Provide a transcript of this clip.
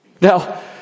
Now